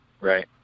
Right